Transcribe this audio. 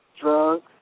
drugs